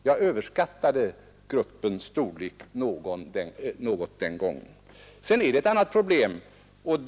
Jag överskattade alltså den gången gruppens storlek något.